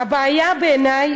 הבעיה בעיני,